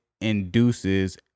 induces